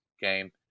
game